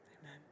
Amen